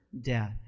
death